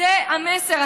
זה מסר,